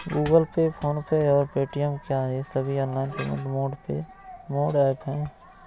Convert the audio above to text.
Google Pay PhonePe और Paytm क्या ये सभी ऑनलाइन पेमेंट मोड ऐप हैं?